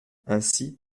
ainsi